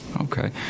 okay